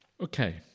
Okay